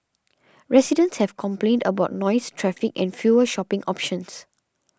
residents have complained about noise traffic and fewer shopping options